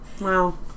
Wow